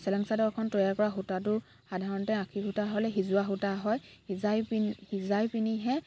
চেলেং চাদৰখন তৈয়াৰ কৰা সূতাটো সাধাৰণতে আশী সূতা হ'লে সিজোৱা সূতা হয় সিজাই পিনি সিজাই পিনিহে